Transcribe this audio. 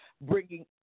bringing